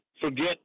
forget